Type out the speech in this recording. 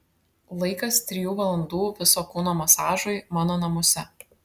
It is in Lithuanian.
laikas trijų valandų viso kūno masažui mano namuose